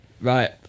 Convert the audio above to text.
Right